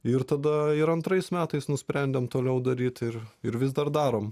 ir tada ir antrais metais nusprendėm toliau daryt ir ir vis dar darom